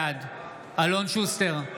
בעד אלון שוסטר,